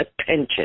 attention